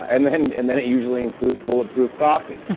and then and then it usually includes bulletproof coffee.